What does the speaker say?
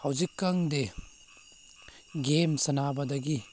ꯍꯧꯖꯤꯛ candy game ꯁꯥꯟꯅꯕꯗꯒꯤ